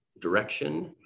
direction